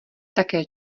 také